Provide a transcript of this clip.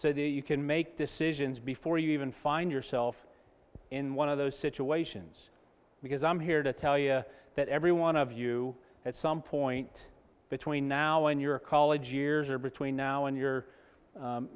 that you can make decisions before you even find yourself in one of those situations because i'm here to tell you that every one of you at some point between now and your college years are between now and you